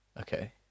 Okay